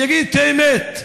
שיגיד את האמת.